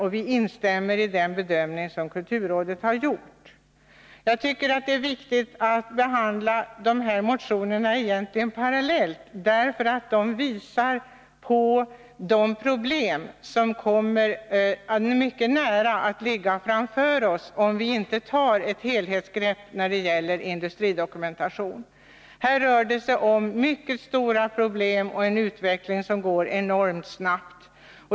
Och vi instämmer i den bedömning som kulturrådet har gjort. Jag tycker att det är viktigt att vi behandlar de båda motionerna parallellt. De visar nämligen på de problem som inom en mycket nära framtid kommer att ligga framför oss, om vi inte tar ett helhetsgrepp när det gäller industridokumentation. Här rör det sig om mycket stora problem och en utveckling som går enormt snabbt.